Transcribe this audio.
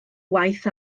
waith